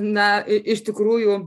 na iš tikrųjų